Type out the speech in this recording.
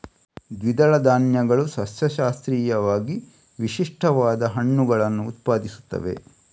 ದ್ವಿದಳ ಧಾನ್ಯಗಳು ಸಸ್ಯಶಾಸ್ತ್ರೀಯವಾಗಿ ವಿಶಿಷ್ಟವಾದ ಹಣ್ಣುಗಳನ್ನು ಉತ್ಪಾದಿಸುತ್ತವೆ